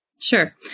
Sure